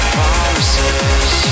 Promises